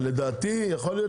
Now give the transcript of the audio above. לדעתי יכול להיות